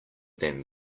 than